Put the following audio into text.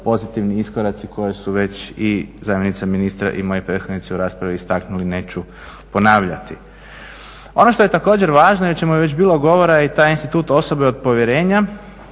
pozitivni iskoraci koji su već i zamjenica ministra i moji prethodnici u raspravi istaknuli, neću ponavljati. Ono što je također važno i o čemu je već bilo govora je i taj institut osobe od povjerenja,